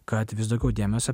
kad vis daugiau dėmesio